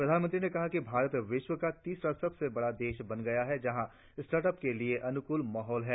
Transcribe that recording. प्रधानमंत्री ने कहा कि भारत विश्व का तीसरा सबसे बड़ा देश बन गया है जहां स्टार्ट अप के लिए अनुकूल माहौल है